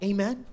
Amen